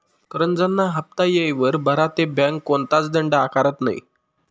करजंना हाफ्ता येयवर भरा ते बँक कोणताच दंड आकारत नै